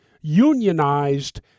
unionized